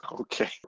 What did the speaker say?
okay